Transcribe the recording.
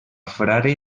frare